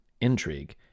intrigue